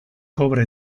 kobre